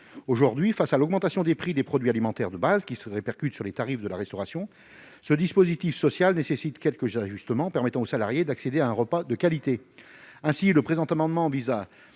Aujourd'hui, face à l'augmentation des prix des produits alimentaires de base et à sa répercussion sur les tarifs de la restauration, ce dispositif social nécessite quelques ajustements pour que les salariés accèdent à des repas de qualité. Ainsi le présent amendement vise